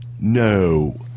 No